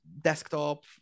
desktop